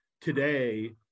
today